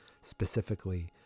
Specifically